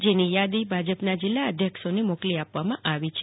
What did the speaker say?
જેની યાદી આજે ભાજપના જિલ્લા અધ્યક્ષોને મોકલી આપવામાં આવી છે